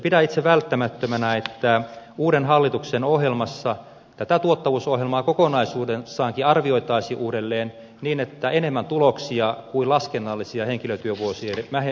pidän itse välttämättömänä että uuden hallituksen ohjelmassa tätä tuottavuusohjelmaa kokonaisuudessaankin arvioitaisiin uudelleen niin että tulisi enemmän tuloksia kuin laskennallisia henkilötyövuosien vähentämisiä